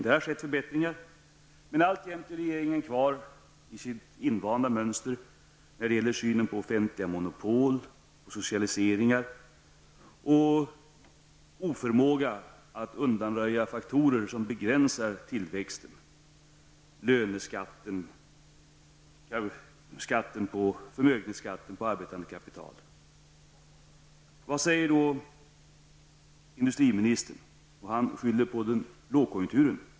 Det har skett förbättringar, men alltjämt är regeringen kvar i sitt invanda mönster när det gäller synen på offentliga monopol och socialiseringar och när det gäller oförmågan att undanröja faktorer som begränsar tillväxten, t.ex. löneskatten och förmögenhetsskatten på arbetande kapital. Vad säger då industriministern? Han skyller på lågkonjunkturen.